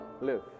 live